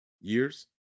years